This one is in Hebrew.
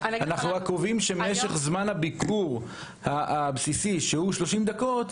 אנחנו רק קובעים שמשך זמן הביקור הבסיסי שהוא 30 דקות,